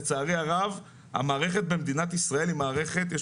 לצערי הרב המערכת במדינת ישראל היא מערכת יש